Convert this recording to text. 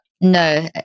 No